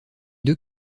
deux